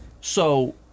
So-